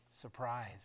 Surprise